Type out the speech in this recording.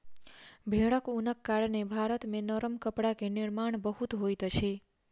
भेड़क ऊनक कारणेँ भारत मे गरम कपड़ा के निर्माण बहुत होइत अछि